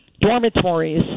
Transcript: dormitories